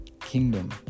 Kingdom